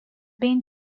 been